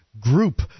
group